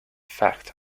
fact